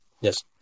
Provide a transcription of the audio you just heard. Yes